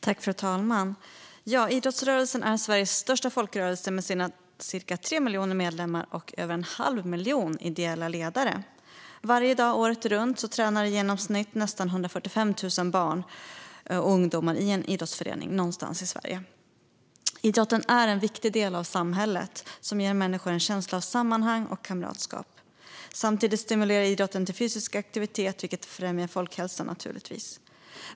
Fru talman! Idrottsrörelsen är Sveriges största folkrörelse med sina ca 3 miljoner medlemmar och över en halv miljon ideella ledare. Varje dag året runt tränar i genomsnitt nästan 145 000 barn och ungdomar i en idrottsförening någonstans i Sverige. Idrotten är en viktig del av samhället och ger människor en känsla av sammanhang och kamratskap. Samtidigt stimulerar idrotten till fysisk aktivitet, vilket främjar folkhälsan.